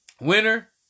Winner